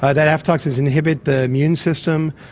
ah that aflatoxins inhibit the immune system,